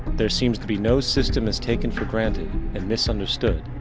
there seems to be no system as taken for granted and misunderstood,